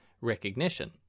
recognition